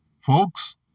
folks